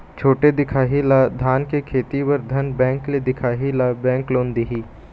छोटे दिखाही ला धान के खेती बर धन बैंक ले दिखाही ला बैंक लोन दिही?